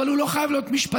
אבל הוא לא חייב להיות משפטן.